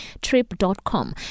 Trip.com